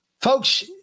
Folks